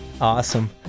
awesome